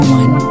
one